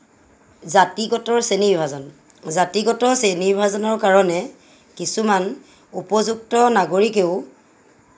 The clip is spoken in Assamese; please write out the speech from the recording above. জাতিগতৰ শ্ৰেণীভাজন জাতিগত শ্ৰেণীভাজনৰ কাৰণে কিছুমান উপযুক্ত নাগৰীকেও